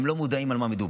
הם לא מודעים על מה מדובר.